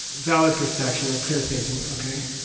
valid perception, or clear-thinking, okay?